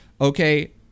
okay